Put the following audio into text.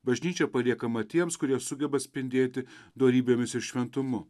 bažnyčia paliekama tiems kurie sugeba spindėti dorybėmis ir šventumu